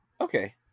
Okay